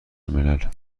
الملل